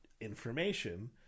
information